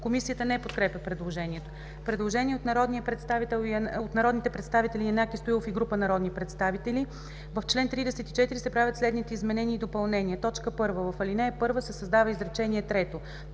Комисията не подкрепя предложението. Предложение от народните представители Янаки Стоилов и група народни представители: „В чл. 34 се правят следните изменения и допълнения: 1. В ал. 1 се създава изречение трето: